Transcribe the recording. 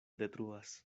detruas